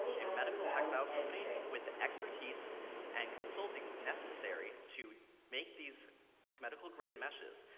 a medical-textiles company with the expertise and consulting necessary to make these medical-grade meshes,